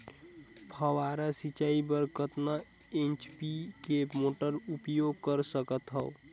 फव्वारा सिंचाई बर कतका एच.पी के मोटर उपयोग कर सकथव?